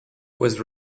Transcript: was